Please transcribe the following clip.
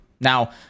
Now